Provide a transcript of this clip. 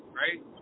right